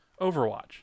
Overwatch